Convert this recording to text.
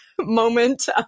Moment